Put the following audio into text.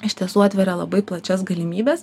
iš tiesų atveria labai plačias galimybes